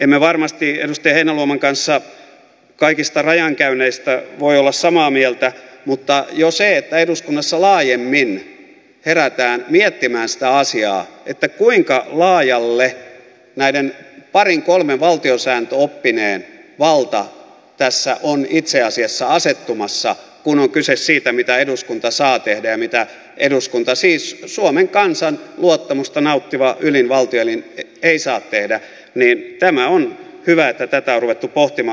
emme varmasti edustaja heinäluoman kanssa kaikista rajankäynneistä voi olla samaa mieltä mutta jo se on hyvä asia että eduskunnassa laajemmin herätään miettimään sitä asiaa kuinka laajalle näiden parin kolmen valtiosääntöoppineen valta tässä on itse asiassa asettumassa kun on kyse siitä mitä eduskunta saa tehdä ja mitä eduskunta siis suomen kansan luottamusta nauttiva ylin valtioelin ei saa tehdä ja on hyvä että tätä on ruvettu pohtimaan